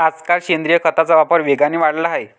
आजकाल सेंद्रिय खताचा वापर वेगाने वाढला आहे